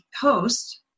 host